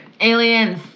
Aliens